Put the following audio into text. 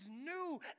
new